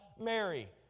Mary